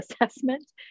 assessment